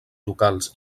locals